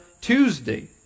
Tuesday